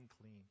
clean